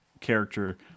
character